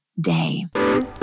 day